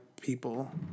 people